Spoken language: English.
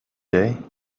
day